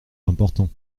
importants